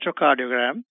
electrocardiogram